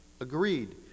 agreed